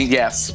yes